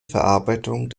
verarbeitung